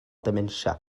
dementia